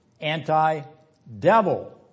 anti-devil